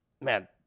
Man